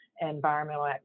environmental